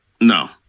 No